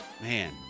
man